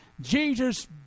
Jesus